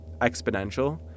exponential